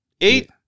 Eight